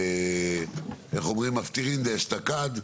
ואנחנו נפתח באמת בדברים שלה,